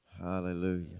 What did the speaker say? Hallelujah